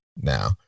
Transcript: Now